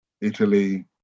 Italy